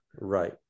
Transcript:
right